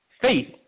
Faith